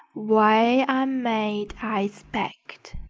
way i'm made, i spect,